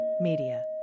Media